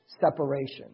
separation